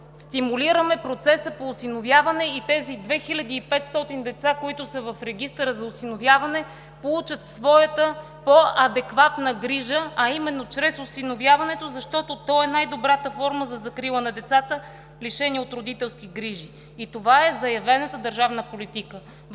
стимулираме процеса по осиновяване и тези 2500 деца, които са в регистъра за осиновяване, получат своята по-адекватна грижа, а именно чрез осиновяването, защото то е най-добрата форма за закрила на децата, лишени от родителски грижи? И това е заявената държавна политика.